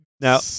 now